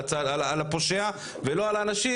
על הפושע ולא על האנשים,